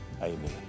Amen